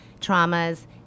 traumas